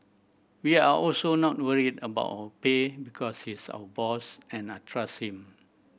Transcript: we are also not worried about pay because he's our boss and I trust him